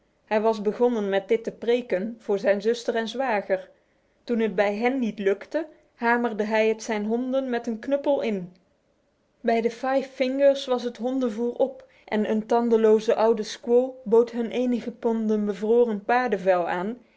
hij was begonnen met dit te preken voor zijn zuster en zwager toen het bij hen niet lukte hamerde hij het zijn honden met een knuppel in bij de five fingers was het hondenvoer op en een tandeloze oude squaw bood hun enige ponden bevroren paardenvel aan